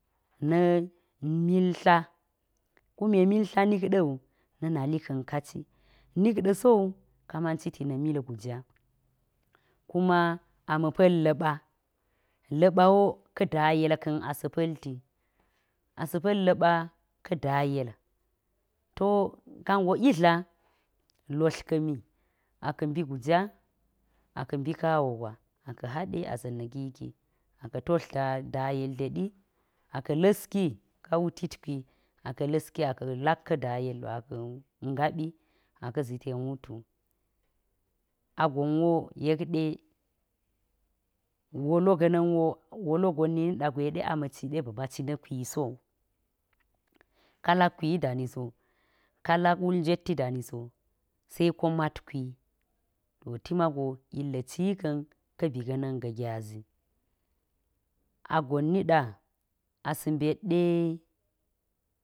Na̱a̱ mil tla, kume mil tla nik ɗa̱ wu, na̱ nali ka̱n ka ci. nik ɗa̱ so wu, ka man citi na̱ mil guja. kuma a ma̱a̱ pa̱l la̱ɓa, la̱ɓa wo, ka̱ dayel ka̱n a sa̱a̱ pa̱lti, a sa̱a̱ pa̱l la̱ɓa ka̱ dayel. to ka ngo idla lotlka̱mi, a ka̱ mbi guja a ka̱ mbi kawo gwa, a ka̱ haɗe a sa̱ na̱ki ki, a ka̱ totl dayel teɗi a ka̱ la̱ski, ka wutit kwi a ka̱ la̱ski, a ka̱ lak ka̱ dayel wu, a ka̱ ngaɓi a ka̱ zii ten wutu. A gon wo yekɗe, wolo ga̱ na̱a̱n wo, wolo gon ni ni ɗa gwe ɗe a ma̱ ci gwe ɗe a ba̱ maci na̱ kwi so wu, kalak kwi dani so, ka lak wul njweti dani so, se ko matkwi, to ti mago ilga̱ ci ka̱n ka̱ bi ga̱na̱n ga̱ gyazi, a gon nida a saa̱ nbet ɗe.